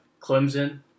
Clemson